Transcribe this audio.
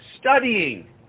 studying